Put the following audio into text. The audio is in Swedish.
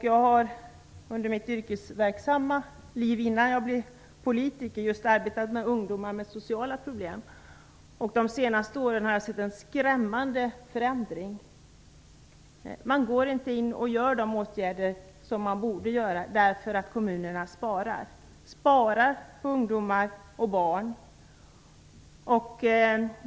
Jag har under mitt yrkesverksamma liv innan jag blev politiker arbetat med ungdomar med sociala problem. Under de senaste åren har jag sett en skrämmande förändring. Eftersom kommunerna sparar vidtar man inte längre de åtgärder som borde vidtas. Man sparar på ungdomar och barn.